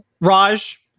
Raj